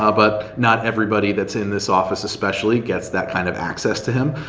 ah but not everybody that's in this office especially gets that kind of access to him.